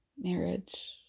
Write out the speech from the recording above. marriage